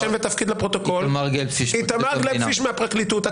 איתמר גלבפיש מהפרקליטות.